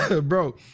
Bro